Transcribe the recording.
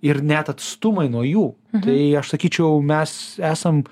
ir net atstumai nuo jų tai aš sakyčiau mes esam